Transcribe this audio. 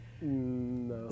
no